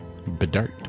Bedart